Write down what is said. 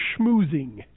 schmoozing